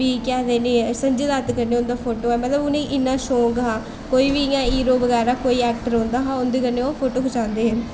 फ्ही केह् आखदे संजय दत्त कन्नै उं'दा फोटो ऐ मतलब उ'नेंगी इन्ना शौक हा कोई बी इ'यां हीरो बगैरा कोई ऐक्टर औंदा हा ओह्दे कन्नै फोटो खचांदे हे